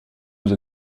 vous